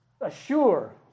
assure